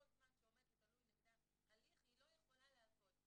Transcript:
זמן שעומד ותלוי נגדה הליך אזי היא איננה יכולה לעבוד.